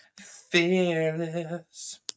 Fearless